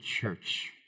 Church